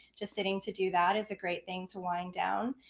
just sitting to do that is a great thing to wind down.